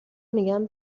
میگن